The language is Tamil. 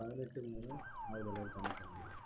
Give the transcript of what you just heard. பதினெட்டு மூணு ஆயிரத்தி தொள்ளாயிரத்தி தொண்ணூற்றொன்பது